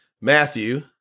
Matthew